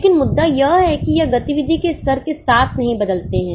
लेकिन मुद्दा यह है कि वह गतिविधि के स्तर के साथ नहीं बदलते हैं